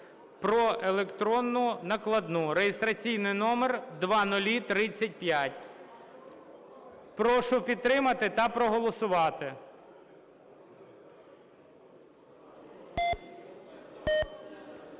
про електронну накладну (реєстраційний номер 0035). Прошу підтримати та проголосувати.